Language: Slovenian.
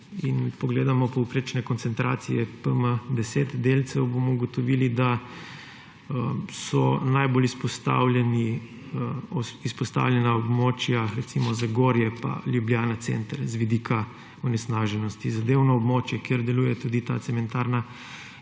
pogledamo povprečne koncentracije PM10 delcev, bomo ugotovili, da so najbolj izpostavljena območja, recimo, Zagorje in Ljubljana center z vidika onesnaženosti. Zadevno območje, kjer deluje tudi ta cementarna,